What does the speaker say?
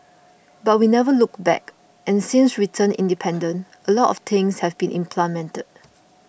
but we never looked back and since we turned independent a lot of things have been implemented